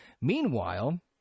Meanwhile